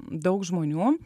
daug žmonių